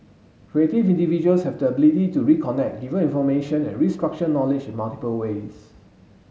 creative individuals have the ability to reconnect given information and restructure knowledge in multiple ways